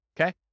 Okay